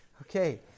Okay